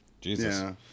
Jesus